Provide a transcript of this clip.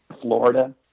Florida